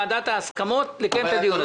מוועדת ההסכמות אישור לקיים את הדיון הזה.